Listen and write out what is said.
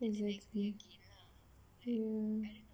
exactly mm